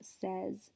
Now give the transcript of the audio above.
says